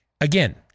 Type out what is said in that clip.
Again